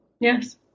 Yes